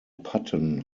patten